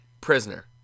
Prisoner